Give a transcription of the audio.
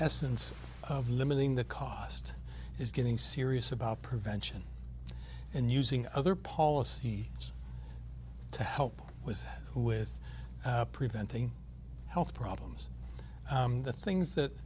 essence of limiting the cost is getting serious about prevention and using other policies to help with with preventing health problems the things that